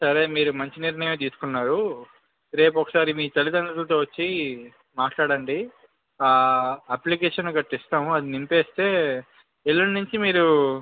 సరే మీరు మంచి నిర్ణయమే తీసుకున్నారు రేపు ఒకసారి మీ తల్లిదండ్రులతో వచ్చి మాట్లాడండి ఆ అప్లికేషన్ గట్రా ఇస్తాము అది నింపేస్తే ఎల్లుండి నుంచి మీరు